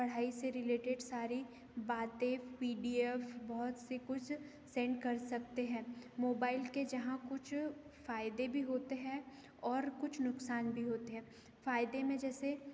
पढ़ाई से रिलेटेड सारी बातें पी डी एफ बहुत से कुछ सेंड कर सकते हैं मोबाइल के जहाँ कुछ फायदे भी होते हैं और कुछ नुकसान भी होते हैं फायदे में जैसे